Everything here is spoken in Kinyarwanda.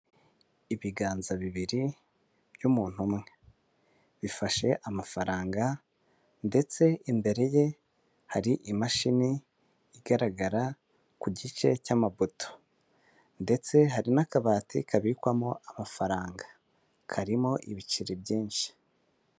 Ibiganza bibiri by'umuntu umwe bifashe amafaranga ndetse imbere ye hari imashini igaragara ku gice cy'amapoto ndetse hari n'akabati kabikwamo amafaranga karimo ibiceri byinshi.